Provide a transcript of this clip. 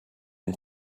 and